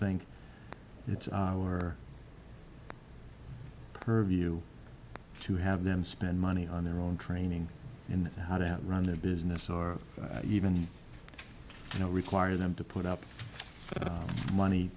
think it's our purview to have them spend money on their own training in how to run their business or even you know require them to put up money